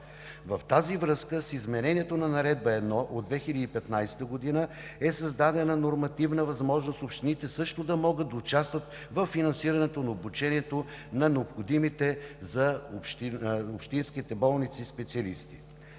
В тази връзка, с изменението на Наредба № 1 от 2015 г., е създадена нормативна възможност общините също да могат да участват във финансирането и обучението на необходимите за общинските болници специалисти.